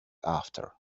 after